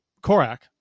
Korak